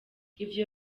ivyo